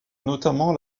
notamment